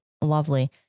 lovely